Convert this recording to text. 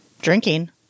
Drinking